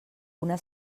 una